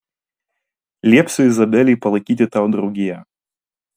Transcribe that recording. liepsiu izabelei palaikyti tau draugiją